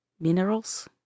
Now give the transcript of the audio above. minerals